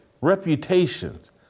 reputations